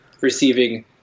receiving